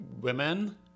women